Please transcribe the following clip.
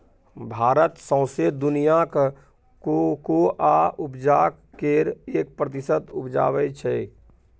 भारत सौंसे दुनियाँक कोकोआ उपजाक केर एक प्रतिशत उपजाबै छै